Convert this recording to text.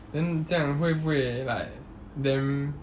then 这样会不会 like damn